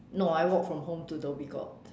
no I walk from home to Dhoby Ghuat